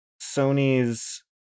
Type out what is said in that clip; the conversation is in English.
Sony's